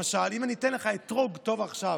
למשל, אם אתן לך אתרוג טוב עכשיו,